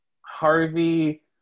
harvey